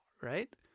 Right